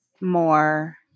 more